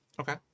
Okay